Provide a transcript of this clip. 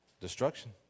destruction